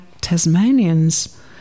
Tasmanians